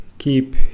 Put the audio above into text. Keep